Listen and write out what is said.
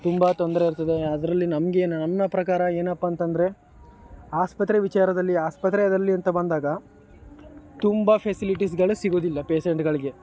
ತುಂಬ ತೊಂದರೆ ಇರ್ತದೆ ಅದರಲ್ಲಿ ನಮಗೆ ನನ್ನ ಪ್ರಕಾರ ಏನಪ್ಪಾ ಅಂತ ಅಂದ್ರೆ ಆಸ್ಪತ್ರೆ ವಿಚಾರದಲ್ಲಿ ಆಸ್ಪತ್ರೆಯಲ್ಲಿ ಅಂತ ಬಂದಾಗ ತುಂಬ ಫೆಸಿಲಿಟೀಸ್ಗಳು ಸಿಗುವುದಿಲ್ಲ ಪೇಸೆಂಟ್ಗಳಿಗೆ